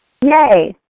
Yay